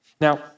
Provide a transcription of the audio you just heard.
Now